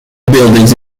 buildings